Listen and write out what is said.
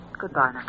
Goodbye